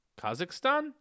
Kazakhstan